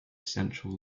central